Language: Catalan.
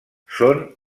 són